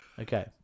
Okay